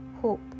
hope